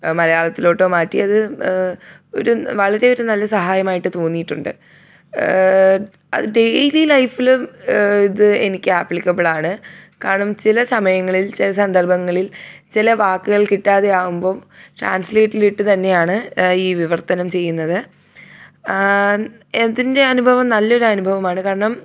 മലയാളത്തിലോട്ടോ മാറ്റിയത് ഒരു വളരെ ഒരു നല്ലൊരു സഹായം ആയിട്ട് തോന്നിയിട്ടുണ്ട് അത് ഡെയിലി ലൈഫിൽ ഇത് എനിക്ക് ആപ്ലിക്കബിളാണ് കാരണം ചില സമയങ്ങളിൽ ചില സന്ദർഭങ്ങളില് ചില വാക്കുകൾ കിട്ടാതെ ആകുമ്പോൾ ട്രാൻസിലേറ്റിലിട്ടു തന്നെയാണ് ഈ വിവർത്തനം ചെയ്യുന്നത് അതിൻ്റെ അനുഭവം നല്ലൊരു അനുഭവമാണ് കാരണം